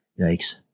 Yikes